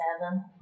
seven